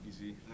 Easy